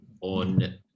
on